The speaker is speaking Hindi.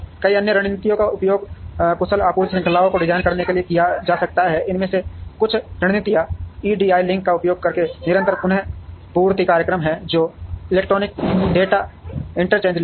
कई अन्य रणनीतियों का उपयोग कुशल आपूर्ति श्रृंखलाओं को डिजाइन करने के लिए किया जा सकता है इनमें से कुछ रणनीतियां ईडीआई लिंक का उपयोग करके निरंतर पुनःपूर्ति कार्यक्रम हैं जो इलेक्ट्रॉनिक डेटा इंटरचेंज लिंक हैं